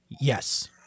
yes